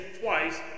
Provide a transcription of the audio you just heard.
twice